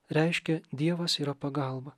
reiškia dievas yra pagalba